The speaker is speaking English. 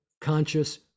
conscious